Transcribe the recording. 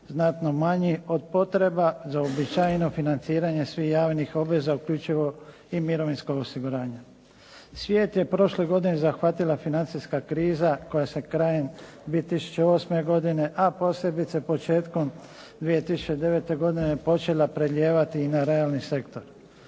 znatno manji od potreba za uobičajeno financiranje svih javnih obaveza uključivo i mirovinsko osiguranje. Svijet je prošle godine zahvatila financijska kriza koja se krajem 2008. godine a posebice početkom 2009. godine počela prelijevati i na realni sektor.